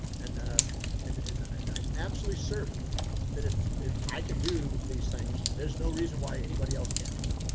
and ah and, and, and i'm absolutely certain that if, if i can do these things, there's no reason why anybody else can't do it.